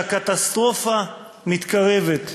שהקטסטרופה מתקרבת.